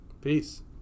Peace